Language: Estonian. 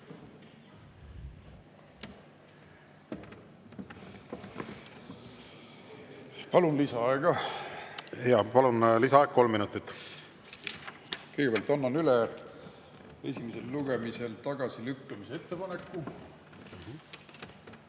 palub lisaaega.) Palun, lisaaeg kolm minutit. Kõigepealt annan üle esimesel lugemisel tagasi lükkamise ettepaneku.